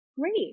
Great